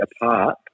apart